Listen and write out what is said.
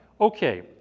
Okay